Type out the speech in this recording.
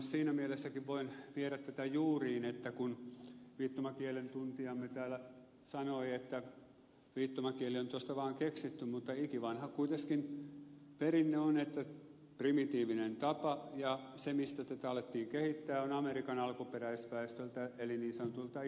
siinä mielessäkin voin viedä tätä juuriin että kun viittomakielen tuntijamme täällä sanoi että viittomakieli on tuosta vaan keksitty mutta ikivanha kuitenkin perinne on primitiivinen tapa ja se mistä tätä alettiin kehittää on amerikan alkuperäisväestöltä eli niin sanotuilta intiaaneilta